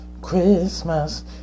Christmas